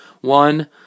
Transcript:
One